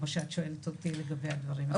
כמו שאת שואלת אותי לגבי הדברים האלה.